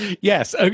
Yes